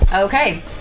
Okay